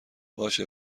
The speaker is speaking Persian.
باشه